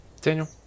Daniel